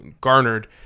garnered